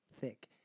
thick